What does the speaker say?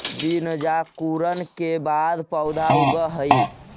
बीजांकुरण के बाद पौधा उगऽ हइ